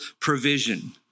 provision